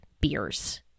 beers